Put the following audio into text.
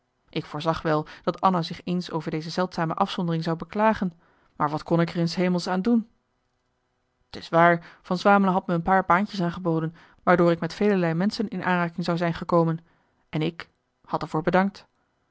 ik voorzag wel dat anna zich eens over deze zeldzame afzondering zou beklagen maar wat kon ik er in s hemelsaan doen t is waar van swamelen had me een paar baantjes aangeboden waardoor ik met velerlei menschen in aanraking zou zijn gekomen en ik had er voor bedankt